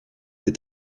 est